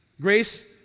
Grace